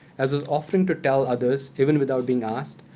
as was often to tell others, even without being asked,